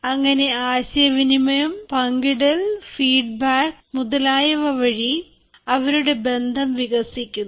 അങ്ങനെ ആശയവിനിമയം പങ്കിടൽ ഫീഡ്ബാക്ക് മുതലായവ വഴി അവരുടെ ബന്ധം വികസിക്കുന്നു